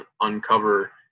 uncover